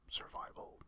survival